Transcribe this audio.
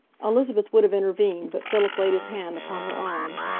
elizabeth would have intervened, but philip laid his hand upon her arm.